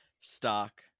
stock